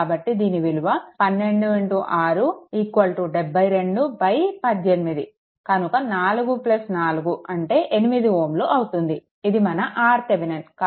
కాబట్టి దీని విలువ 12 6 7218 కనుక 4 4 అంటే 8 Ω అవుతుంది ఇది మన RThevenin